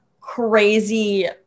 crazy